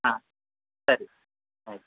ಹಾಂ ಸರಿ ಆಯ್ತು